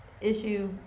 issue